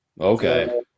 Okay